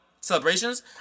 celebrations